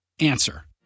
answer